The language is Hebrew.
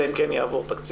אלא אם כן יעבור תקציב,